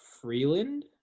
Freeland